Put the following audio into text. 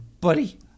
buddy